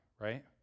right